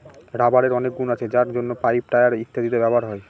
রাবারের অনেক গুন আছে যার জন্য পাইপ, টায়ার ইত্যাদিতে ব্যবহার হয়